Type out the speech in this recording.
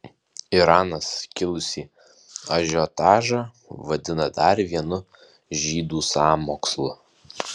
iranas kilusį ažiotažą vadina dar vienu žydų sąmokslu